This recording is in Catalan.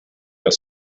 que